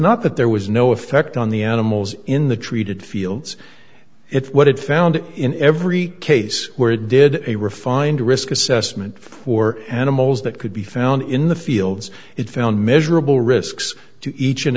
not that there was no effect on the animals in the treated fields it what it found in every case where it did a refined risk assessment for animals that could be found in the fields it found measurable risks to each and